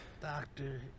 Doctor